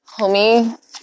Homie